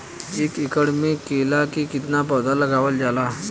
एक एकड़ में केला के कितना पौधा लगावल जाला?